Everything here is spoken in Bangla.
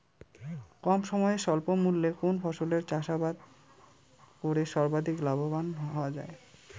কম সময়ে স্বল্প মূল্যে কোন ফসলের চাষাবাদ করে সর্বাধিক লাভবান হওয়া য়ায়?